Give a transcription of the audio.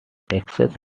taxes